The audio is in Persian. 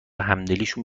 همدلیشون